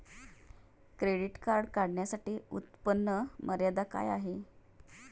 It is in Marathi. क्रेडिट कार्ड काढण्यासाठी उत्पन्न मर्यादा काय आहे?